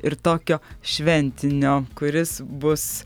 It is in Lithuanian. ir tokio šventinio kuris bus